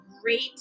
great